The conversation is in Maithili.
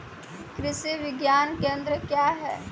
कृषि विज्ञान केंद्र क्या हैं?